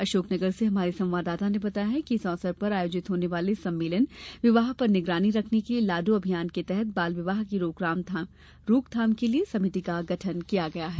अशोकनगर से हमारे संवाददाता ने बताया है कि इस अवसर पर आयोजित होने वाले सम्मेलन विवाह पर निगरानी रखने के लिये लाडो अभियान के तहत बाल विवाह की रोकथाम के लिये समिति का गठन किया गया है